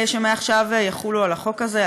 שמעכשיו יחולו על החוק הזה,